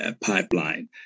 pipeline